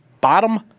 bottom